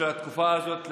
של התקופה הזאת,